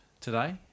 today